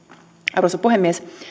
arvoisa puhemies